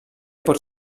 pot